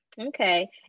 Okay